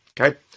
okay